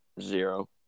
Zero